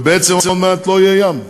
בעצם עוד מעט לא יהיה ים,